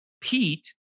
Pete